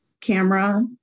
camera